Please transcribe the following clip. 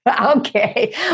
Okay